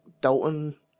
Dalton